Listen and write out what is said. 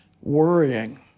worrying